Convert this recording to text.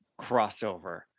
crossover